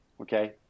Okay